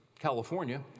California